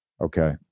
okay